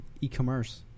e-commerce